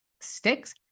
sticks